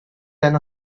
than